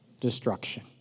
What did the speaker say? Destruction